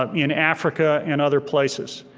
um in africa and other places.